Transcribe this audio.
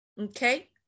okay